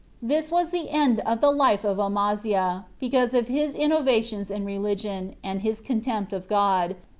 this was the end of the life of amaziah, because of his innovations in religion, and his contempt of god,